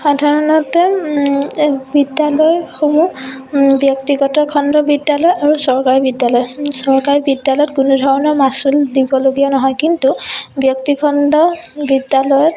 সাধাৰণতে এই বিদ্যালয়সমূহ ব্যক্তিগত খণ্ডৰ বিদ্যালয় আৰু চৰকাৰী বিদ্যালয় চৰকাৰী বিদ্যালয়ত কোনো ধৰণৰ মাচুল দিবলগীয়া নহয় কিন্তু ব্যক্তি খণ্ডৰ বিদ্যালয়ত